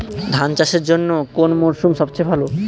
ধান চাষের জন্যে কোন মরশুম সবচেয়ে ভালো?